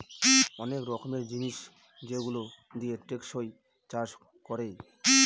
অনেক রকমের জিনিস যেগুলো দিয়ে টেকসই চাষ করে